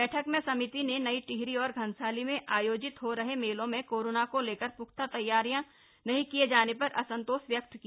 बैठक में समिति ने नई टिहरी और घनसाली में आयोजित हो रहे मेलों में कोरोना को लेकर प्ख्ता तैयारियां नहीं किये जाने पर असंतोष व्यक्त किया